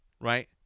right